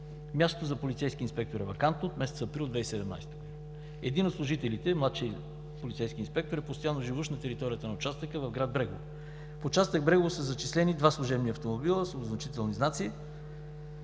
Мястото за полицейски инспектор е вакантно от месец април 2017 г. Един от служителите – младши полицейски инспектор, е постоянно живущ на територията на участъка в град Брегово. В участък Брегово са зачислени два служебни автомобила с обозначителни знаци.